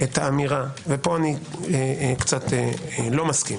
את האמירה, ופה אני קצת לא מסכים,